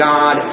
God